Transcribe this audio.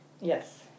yes